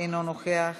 אינו נוכח,